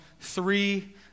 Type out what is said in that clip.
three